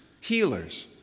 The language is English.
healers